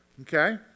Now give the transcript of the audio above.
Okay